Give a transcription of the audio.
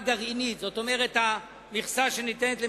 ארצות-הברית,